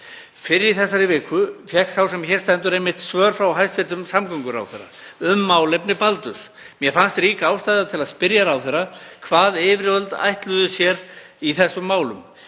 Fyrr í þessari viku fékk sá sem hér stendur einmitt svör frá hæstv. samgönguráðherra um málefni Baldurs. Mér fannst rík ástæða til að spyrja ráðherra hvað yfirvöld ætluðu sér í þessum málum.